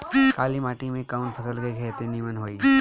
काली माटी में कवन फसल के खेती नीमन होई?